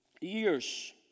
years